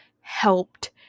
helped